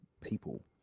people